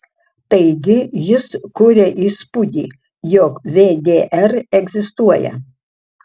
taigi jis kuria įspūdį jog vdr egzistuoja